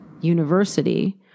university